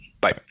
Bye